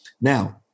Now